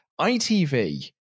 ITV